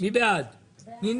מי בעד קבלת ההסתייגות?